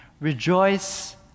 Rejoice